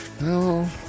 No